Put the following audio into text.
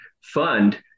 fund